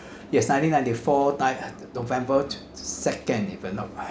yes nineteen ninety four die at november second if I'm not